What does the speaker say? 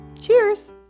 Cheers